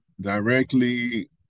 directly